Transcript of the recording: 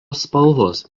spalvos